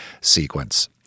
sequence